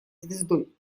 звездой